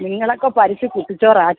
നിങ്ങളൊക്കെ ഭരിച്ചു കുട്ടിച്ചോറാക്കി